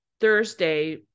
Thursday